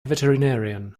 veterinarian